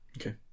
okay